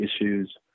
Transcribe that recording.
issues